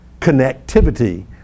connectivity